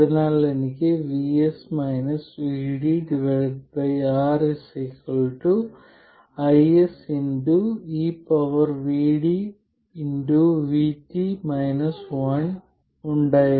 അതിനാൽ എനിക്ക് R IS ഉണ്ടായിരുന്നു